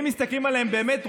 אם מסתכלים עליהם באמת,